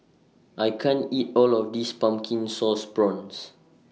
I can't eat All of This Pumpkin Sauce Prawns